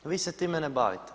Vi se time ne bavite.